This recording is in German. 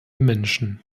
menschen